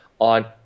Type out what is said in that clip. on